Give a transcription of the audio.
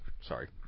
Sorry